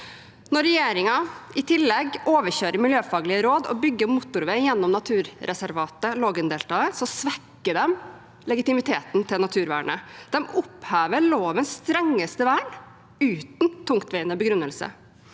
Når regjeringen i tillegg overkjører miljøfaglige råd og bygger motorvei gjennom naturreservatet Lågendeltaet, svekker de legitimiteten til naturvernet. De opphever lovens strengeste vern uten tungtveiende begrunnelse.